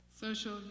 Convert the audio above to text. Social